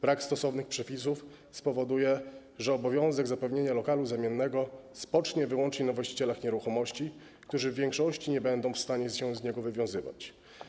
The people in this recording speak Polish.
Brak stosownych przepisów spowoduje, że obowiązek zapewnienia lokalu zamiennego spocznie wyłącznie na właścicielach nieruchomości, którzy w większości nie będą w stanie się z niego wywiązywać.